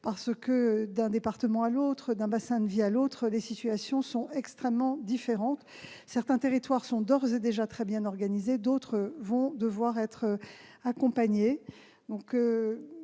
parce que, d'un département ou d'un bassin de vie à l'autre, les situations sont extrêmement différentes. Certains territoires sont d'ores et déjà très bien organisés ; d'autres vont devoir être accompagnés.